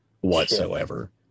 whatsoever